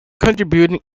contributing